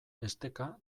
esteka